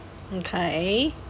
okay